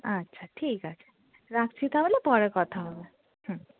আচ্ছা ঠিক আছে রাখছি তাহলে পরে কথা হবে হুম